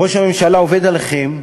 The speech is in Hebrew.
ראש הממשלה עובד עליכם,